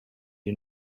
you